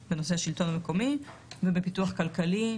בנושא השלטון המקומי ובפיתוח כלכלי,